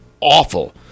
awful